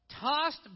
tossed